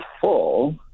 full